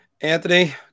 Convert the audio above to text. Anthony